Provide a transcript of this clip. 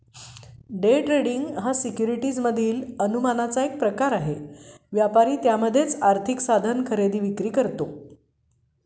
day trading हा securities मधील अनुमानाचा एक प्रकार आहे, व्यापारी त्यामध्येच आर्थिक साधन खरेदी विक्री करतो